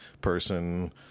person